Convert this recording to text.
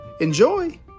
Enjoy